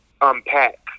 unpack